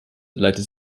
leitet